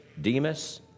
Demas